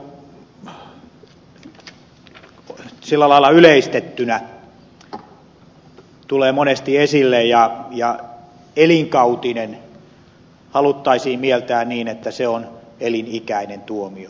kansan oikeustaju sillä lailla yleistettynä tulee monesti esille ja elinkautinen haluttaisiin mieltää niin että se on elinikäinen tuomio